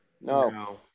No